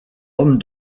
homme